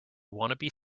wannabe